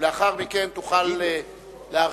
ולאחר מכן תוכל להרחיב,